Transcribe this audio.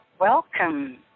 Welcome